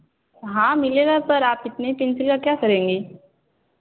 हाँ मिलेगा पर आप इतने पेंसिल का क्या करेंगी